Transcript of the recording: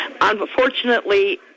Unfortunately